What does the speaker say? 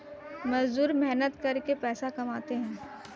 मजदूर मेहनत करके पैसा कमाते है